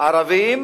ערבים